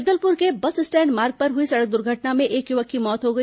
जगदलपुर के bus stand मार्ग पर हुई सड़क दुर्घटना में एक युवक की मौत हो गई